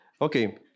okay